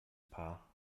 paar